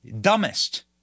dumbest